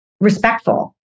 respectful